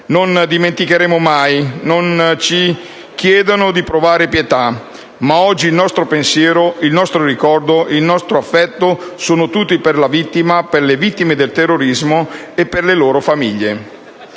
Non dimenticheremo, mai non ci chiedano di provare pietà, ma oggi il nostro pensiero, il nostro ricordo, il nostro affetto sono tutti per la vittima, per le vittime del terrorismo e per le loro famiglie.